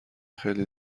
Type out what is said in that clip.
خیلی